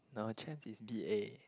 now a chance is b_a